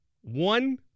one